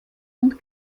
und